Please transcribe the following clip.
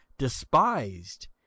despised